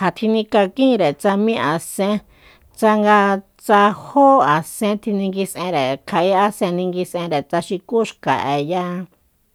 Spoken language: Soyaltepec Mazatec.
ja tjinkakínre tsa mi asen tsanga tsa jó asen tjininguis'enre kja'é asen ninguis'enre tsa xukú xka'e ya